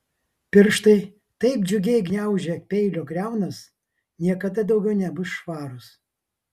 pirštai taip džiugiai gniaužę peilio kriaunas niekada daugiau nebus švarūs